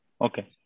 Okay